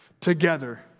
together